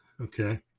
okay